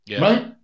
Right